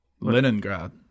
Leningrad